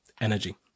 energy